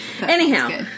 Anyhow